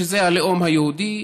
שזה הלאום היהודי,